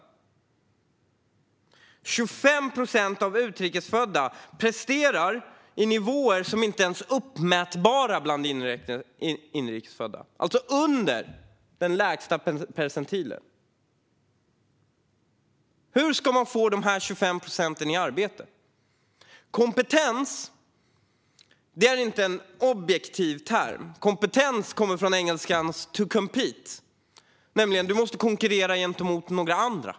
Vidare presterar 25 procent av utrikesfödda på nivåer som inte ens kan uppmätas bland inrikesfödda, det vill säga under den lägsta percentilen. Hur ska man få dessa 25 procent i arbete? Kompetens är inte en objektiv term. Ordet kommer från engelskans "compete"; det handlar alltså om att konkurrera med andra.